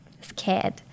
scared